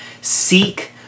Seek